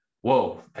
Whoa